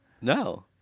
No